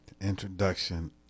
Introduction